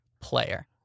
player